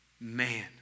man